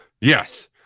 yes